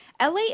LA